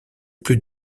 plus